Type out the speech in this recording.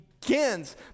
begins